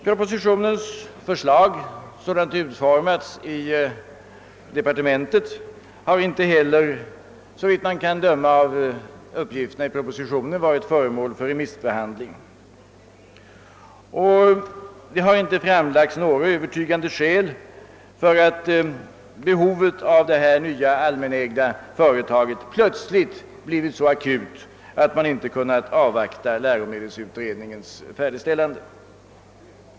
Propositionens förslag, sådant det utformats i departementet, har inte heller, att döma av uppgifterna i propositionen, varit föremål för remissbehandling, och det har inte framförts några övertygande skäl som styrker att behovet av detta nya allmänägda företag plötsligt blivit så akut, att man inte kunnat avvakta läromedelsutredningens färdigställande.